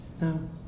No